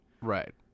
Right